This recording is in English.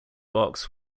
box